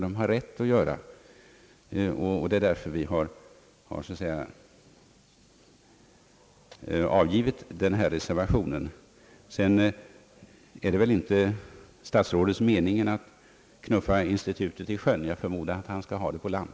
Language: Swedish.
Det är också därför vi har avgivit denna reservation. Sedan är det väl inte statsrådet Palmes mening att knuffa institutet för samhällsplanering i sjön. Jag förmodar att han skall ha det på land.